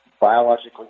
biologically